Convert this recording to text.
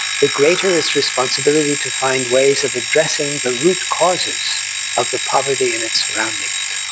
the greater its responsibility to find ways of addressing the root causes of the poverty in its surroundings.